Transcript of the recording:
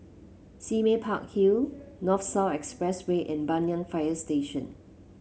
Sime Park Hill North South Expressway and Banyan Fire Station